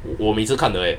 我每次看的 leh